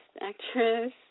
Actress